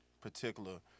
particular